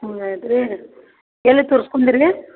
ಹ್ಞೂ ಹೇಳ್ರಿ ಎಲ್ಲಿ ತೋರ್ಸ್ಕುಂದೀರಿ